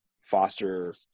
foster